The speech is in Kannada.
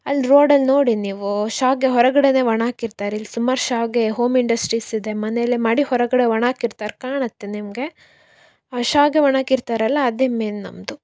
ಅಲ್ಲಿ ರೋಡಲ್ಲಿ ನೋಡಿ ನೀವು ಶಾವಿಗೆ ಹೊರಗಡೆನೇ ಒಣ ಹಾಕಿರ್ತಾರೆ ಇಲ್ಲಿ ಸುಮಾರು ಶಾವಿಗೆ ಹೋಮ್ ಇಂಡಸ್ಟ್ರೀಸ್ ಇದೆ ಮನೆಲ್ಲೇ ಮಾಡಿ ಹೊರಗಡೆ ಒಣ ಹಾಕಿರ್ತಾರೆ ಕಾಣುತ್ತೆ ನಿಮಗೆ ಶಾವಿಗೆ ಒಣ ಹಾಕಿರ್ತಾರಲ್ಲಾ ಅದೇ ಮೇನ್ ನಮ್ಮದು